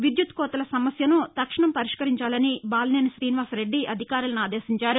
విద్యుత కోతల సమస్యను తక్షణం పరిష్కరించాలని బాలినేని కీనివాసరెడ్డి అధికారులను ఆదేశించారు